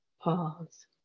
Pause